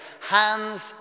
hands